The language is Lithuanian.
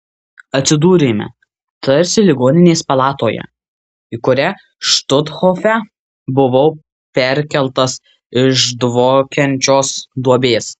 atsidūrėme tarsi ligoninės palatoje į kurią štuthofe buvau perkeltas iš dvokiančios duobės